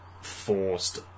forced